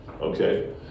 okay